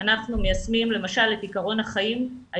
אבל אנחנו כן כבר רואים במסגרת חוק האומנה ניסוח של